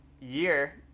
year